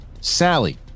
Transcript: sally